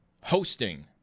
hosting